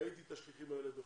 ראיתי את השליחים האלה בחו"ל.